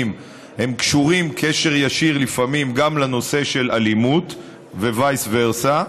קשורים בקשר ישיר לפעמים גם לנושא של אלימות ו-vice versa,